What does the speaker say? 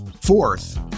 fourth